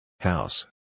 House